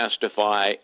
testify